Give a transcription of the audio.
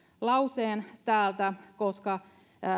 lause täältä koska